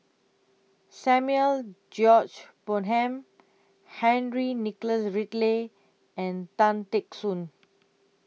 Samuel George Bonham Henry Nicholas Ridley and Tan Teck Soon